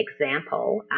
example